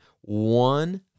one